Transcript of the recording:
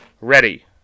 Ready